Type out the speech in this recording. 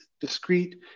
discrete